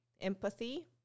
empathy